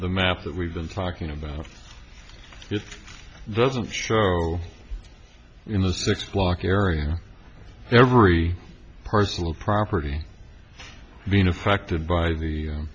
the map that we've been talking about it doesn't show in the six block area every personal property being affected by the